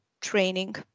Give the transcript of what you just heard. training